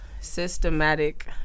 systematic